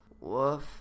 Woof